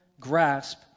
grasp